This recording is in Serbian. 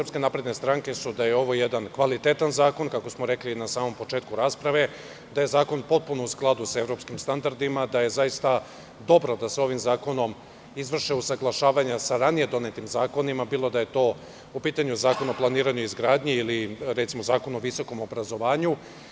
Utisci su da je ovo jedan kvalitetan zakon, kako smo rekli na samom početku rasprave, da je zakon potpuno u skladu sa evropskim standardima, da je dobro da se ovim zakonom izvrše usaglašavanja sa ranije donetim zakonima, bilo da je u pitanju Zakon o planiranju i izgradnji ili Zakon o visokom obrazovanju.